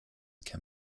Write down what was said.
can